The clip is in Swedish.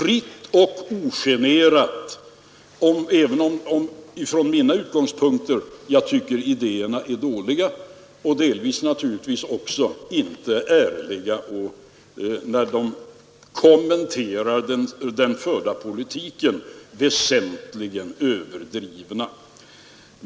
Jag säger detta även om jag från mina utgångspunkter naturligtvis tycker att idéerna är dåliga och att era kommentarer till den förda politiken inte är riktigt ärliga utan väsentligt överdrivna.